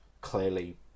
clearly